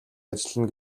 ажиллана